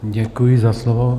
Děkuji za slovo.